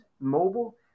mobile